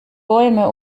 bäume